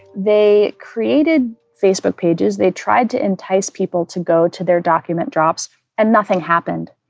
they created facebook pages. they tried to entice people to go to their document drops and nothing happened.